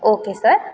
okay sir